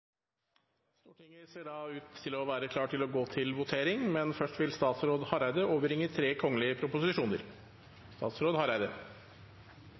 Stortinget ser da ut til å være klar til å gå til votering, men først vil statsråd Knut Arild Hareide overbringe 3 kgl. proposisjoner.